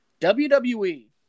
WWE